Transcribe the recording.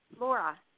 Laura